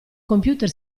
computer